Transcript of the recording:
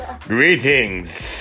greetings